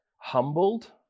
humbled